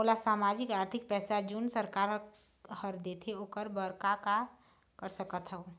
मोला सामाजिक आरथिक पैसा जोन सरकार हर देथे ओकर बर का कर सकत हो?